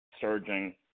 surging